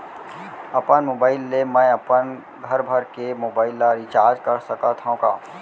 अपन मोबाइल ले मैं अपन घरभर के मोबाइल ला रिचार्ज कर सकत हव का?